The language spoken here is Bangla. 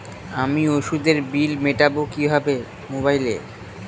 আমি ওষুধের বিল মেটাব কিভাবে মোবাইলে?